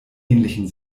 ähnlichen